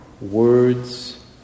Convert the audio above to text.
words